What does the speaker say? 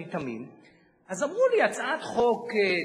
יש עוד כמה חוקים,